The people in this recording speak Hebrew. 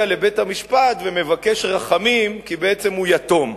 לבית-המשפט ומבקש רחמים כי בעצם הוא יתום.